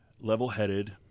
level-headed